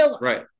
Right